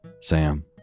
Sam